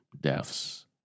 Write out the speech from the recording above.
deaths